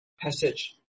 passage